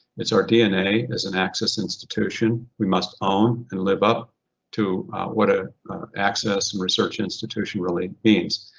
it's our dna as an access institution, we must own and live up to what ah access and research institution really means.